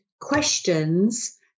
questions